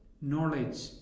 knowledge